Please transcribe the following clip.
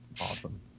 Awesome